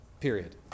Period